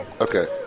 Okay